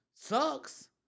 sucks